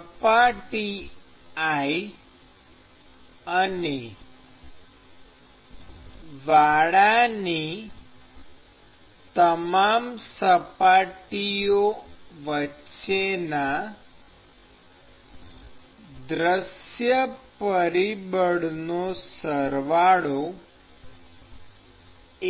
સપાટી i અને વાડાની તમામ સપાટીઓ વચ્ચેના દૃશ્ય પરિબળોનો સરવાળો